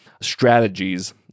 strategies